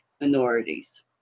minorities